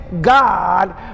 god